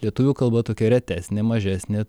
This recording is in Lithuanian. lietuvių kalba tokia retesnė mažesnė